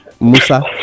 Musa